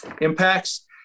impacts